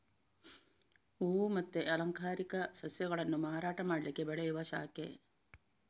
ಹೂವು ಮತ್ತೆ ಅಲಂಕಾರಿಕ ಸಸ್ಯಗಳನ್ನ ಮಾರಾಟ ಮಾಡ್ಲಿಕ್ಕೆ ಬೆಳೆಯುವ ಶಾಖೆ